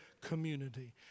community